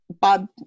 Bob